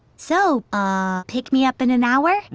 so, ah, pick me up in an hour?